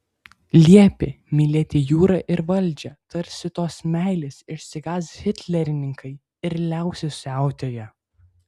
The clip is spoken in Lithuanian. liepė mylėti jūrą ir valdžią tarsi tos meilės išsigąs hitlerininkai ir liausis siautėję